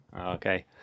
Okay